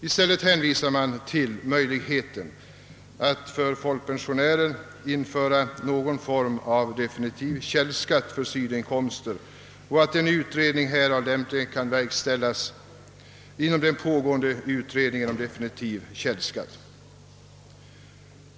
I stället hänvisar man till möjligheten att införa någon form av definitiv källskatt för folkpensionärernas sidoinkomster och att en utredning härom lämpligen kan verkställas inom den pågående utredningen om definitiv källskatt.